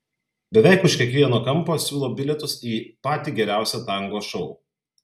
beveik už kiekvieno kampo siūlo bilietus į patį geriausią tango šou